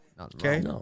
Okay